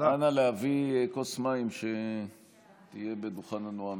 אנא להביא כוס מים, שיהיה בדוכן הנואמים.